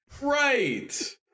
Right